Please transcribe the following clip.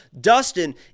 Dustin